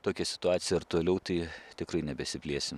tokia situacija ir toliau tai tikrai nebesiplėsim